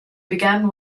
began